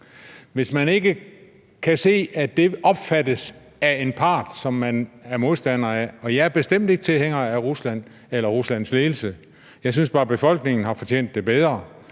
Hvis man ikke kan se, at det opfattes af en part, som man er modstander af, så kan det kun gå galt – og jeg er bestemt ikke tilhænger af Rusland eller Ruslands ledelse. Jeg synes bare, befolkningen har fortjent det bedre,